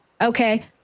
okay